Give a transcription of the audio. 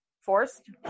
forced